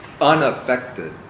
unaffected